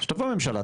שתבוא הממשלה,